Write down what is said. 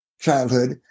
childhood